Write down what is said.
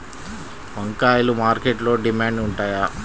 వంకాయలు మార్కెట్లో డిమాండ్ ఉంటాయా?